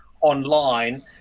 online